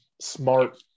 smart